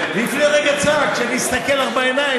לפני רגע צעקת שנסתכל לך בעיניים.